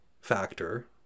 factor